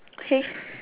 okay